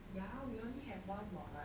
ya we only have one what